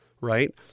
right